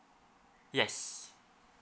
yes